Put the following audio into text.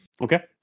Okay